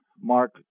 Mark